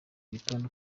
gitondo